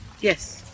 Yes